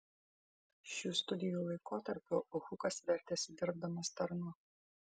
šių studijų laikotarpiu hukas vertėsi dirbdamas tarnu